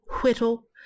whittle